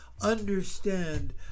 understand